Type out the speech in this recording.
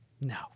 No